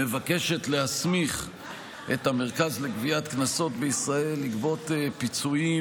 מבקשת להסמיך את המרכז לגביית קנסות בישראל לגבות פיצויים